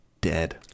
dead